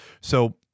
So-